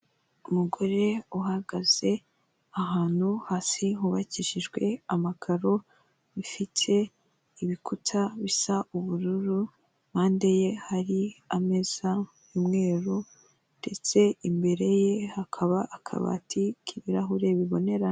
Umugore uhagaze ahantu hasi hubakishijwe amakaro bifite ibikuta bisa ubururu impande ye hari ameza y'umweru, ndetse imbere ye hakaba akabati k'ibirahure bibonerana.